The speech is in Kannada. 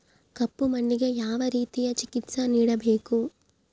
ಕಪ್ಪು ಮಣ್ಣಿಗೆ ಯಾವ ರೇತಿಯ ಚಿಕಿತ್ಸೆ ನೇಡಬೇಕು?